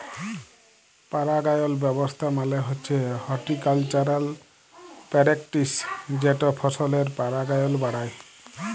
পারাগায়ল ব্যাবস্থা মালে হছে হরটিকালচারাল প্যারেকটিস যেট ফসলের পারাগায়ল বাড়ায়